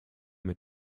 mit